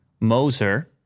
moser